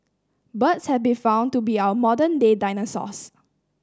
birds have been found to be our modern day dinosaurs